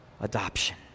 adoption